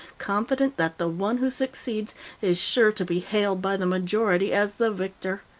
confident that the one who succeeds is sure to be hailed by the majority as the victor.